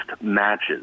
matches